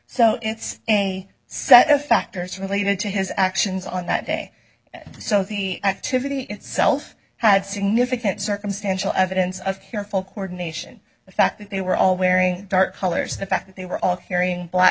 so it's a set of factors related to his actions on that day so the activity itself had significant circumstantial evidence of careful cord nation the fact that they were all wearing dark colors the fact that they were all carrying black